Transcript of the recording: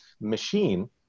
machine